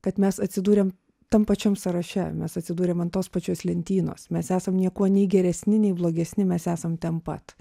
kad mes atsidūrėm tam pačiam sąraše mes atsidūrėm ant tos pačios lentynos mes esam niekuo nei geresni nei blogesni mes esam ten pat